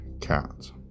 cat